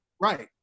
right